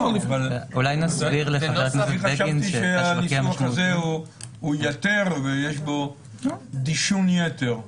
אני חשבתי שהניסוח הזה הוא יתר ויש בו דישון יתר.